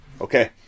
Okay